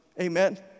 Amen